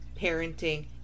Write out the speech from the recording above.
parenting